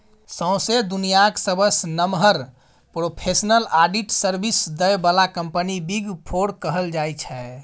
सौंसे दुनियाँक सबसँ नमहर प्रोफेसनल आडिट सर्विस दय बला कंपनी बिग फोर कहल जाइ छै